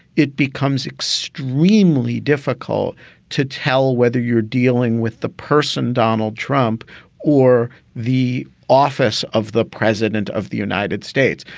it becomes extremely difficult to tell whether you're dealing with the person, donald trump or the office of the president of the united states.